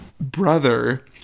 brother